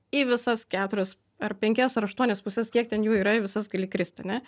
į visas keturias ar penkias ar aštuonias puses kiek ten jų yra visas gali krist ane